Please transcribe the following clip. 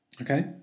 Okay